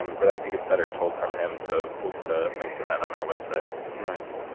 um but i think it's better told from him, so we'll put a link to that on our website nice.